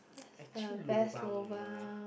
actually lobang ah